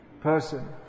person